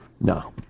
no